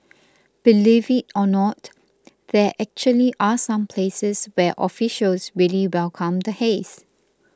believe it or not there actually are some places where officials really welcome the haze